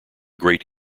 great